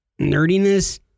nerdiness